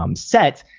um set,